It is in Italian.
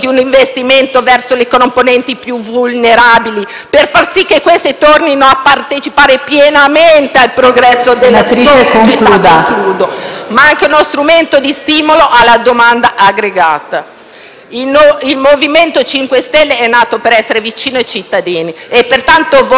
queste tornino a partecipare pienamente al progresso della società, ma anche uno strumento di stimolo alla domanda aggregata. Il MoVimento 5 Stelle è nato per essere vicino ai cittadini e pertanto voterà favorevolmente alla Nota di aggiornamento al DEF,